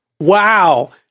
wow